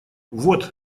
вот